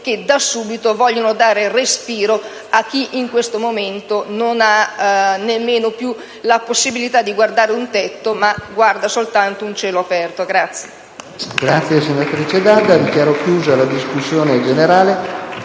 che, da subito, vogliono dare respiro a chi in questo momento non ha più nemmeno la possibilità di guardare un tetto, ma guarda soltanto un cielo aperto.